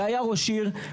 שהיה ראש עיר,